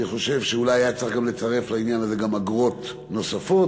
אני חושב שאולי היה צריך גם לצרף לעניין הזה אגרות נוספות,